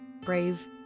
brave